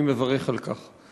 אני מברך על כך.